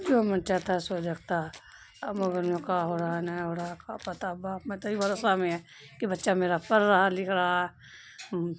جو من چاہتا ہے سو دیکھتا ہے اب موبائل میں کا ہو رہا ہے نہیں ہو رہا کیا پتہ باپ مائی تو بھروسہ میں ہے کہ بچہ میرا پڑھ رہا لکھ رہا